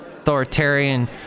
Authoritarian